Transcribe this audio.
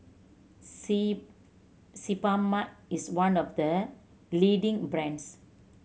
C Sebamed is one of the leading brands